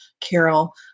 Carol